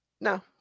No